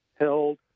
held